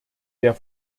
der